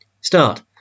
start